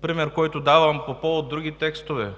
Примерът, който давам по повод на други текстове, е